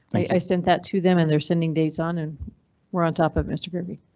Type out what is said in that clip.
i sent that to them and they're sending days on and we're on top of mr gregory.